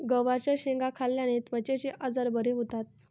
गवारच्या शेंगा खाल्ल्याने त्वचेचे आजार बरे होतात